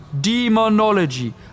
demonology